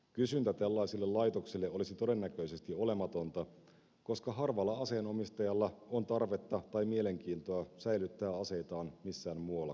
kysyntä tällaisille laitoksille olisi todennäköisesti olematonta koska harvalla aseenomistajalla on tarvetta tai mielenkiintoa säilyttää aseitaan missään muualla kuin kotonaan